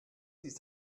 ist